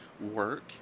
work